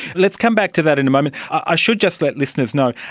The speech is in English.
let's come back to that in a moment. i should just let listeners know,